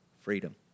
freedom